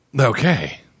Okay